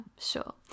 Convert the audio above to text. sure